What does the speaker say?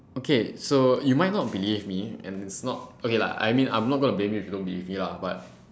okay so you might not believe me and it's not okay lah I mean I'm not going to blame you for not believe me lah but